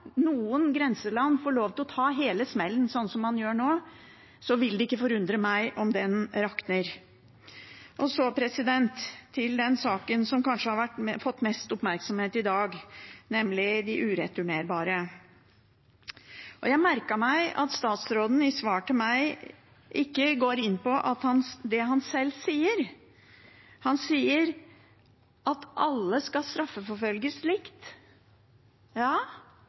noen grenseland få lov til å ta hele smellen slik man gjør nå, vil det ikke forundre meg om det rakner. Så til den saken som kanskje har fått mest oppmerksomhet i dag, nemlig de ureturnerbare. Jeg merket meg at statsråden i svar til meg ikke går inn på det han selv sier. Han sier at alle skal straffeforfølges likt. Ja,